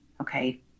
okay